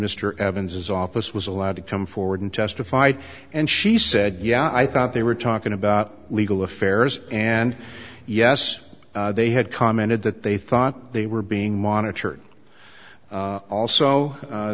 mr evans his office was allowed to come forward and testified and she said yeah i thought they were talking about legal affairs and yes they had commented that they thought they were being monitored also